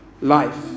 life